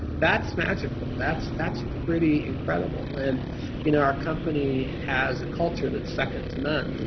that's magical. that's that's pretty incredible. and you know our company has a culture that's second to none.